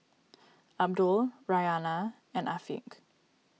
Abdul Raihana and Afiq